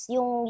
Yung